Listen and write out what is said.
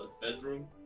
bedroom